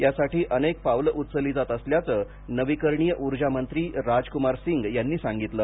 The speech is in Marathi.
यासाठी अनेक पावलं उचलली जात असल्याचं नवीकरणीय ऊर्जा मंत्री राज कुमार सिंग यांनी सांगितलं